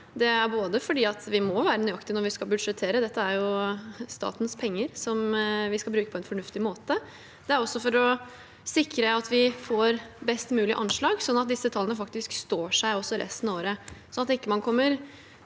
Det er fordi vi må være nøyaktige når vi skal budsjettere. Dette er statens penger, som vi skal bruke på en fornuftig måte. Det er også for å sikre at vi får best mulig anslag, sånn at disse tallene faktisk står seg også resten av året, så man ikke kommer